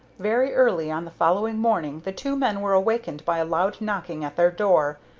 very early on the following morning the two men were awakened by a loud knocking at their door,